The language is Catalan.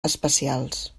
espacials